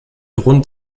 rund